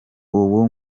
ubu